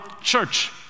church